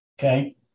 Okay